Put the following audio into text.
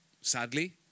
sadly